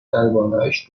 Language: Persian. دربارهاش